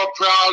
proud